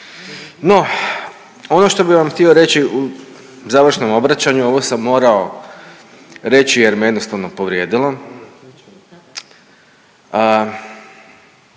No, ono što bi vam htio reći u završnom obraćanju ovo sam morao reći jer me jednostavno povrijedilo,